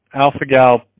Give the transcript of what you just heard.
alpha-gal